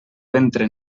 ventre